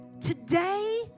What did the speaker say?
Today